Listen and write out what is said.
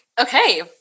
okay